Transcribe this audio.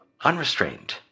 Unrestrained